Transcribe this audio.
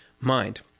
mind